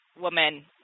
woman